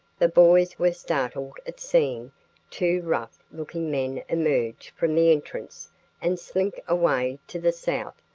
the boys were startled at seeing two rough looking men emerge from the entrance and slink away to the south,